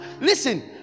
listen